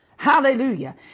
Hallelujah